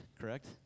correct